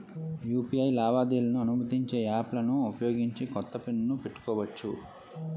UPI లావాదేవీలను అనుమతించే యాప్లలను ఉపయోగించి కొత్త పిన్ ను పెట్టుకోవచ్చు